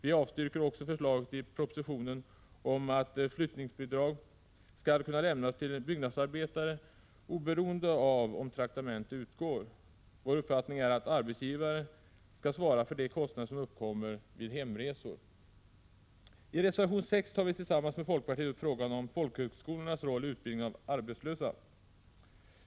Vi avstyrker också förslaget i propositionen om att flyttningsbidrag skall kunna lämnas till byggnadsarbetare oberoende av om traktamente utgår. Vår uppfattning är att arbetsgivare skall svara för de kostnader som uppkommer vid hemresor. I reservation 6 tar vi tillsammans med folkpartiet upp frågan om folkhögskolornas roll i utbildningen av arbetslösa.